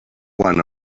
quan